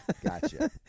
Gotcha